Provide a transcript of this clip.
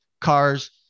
cars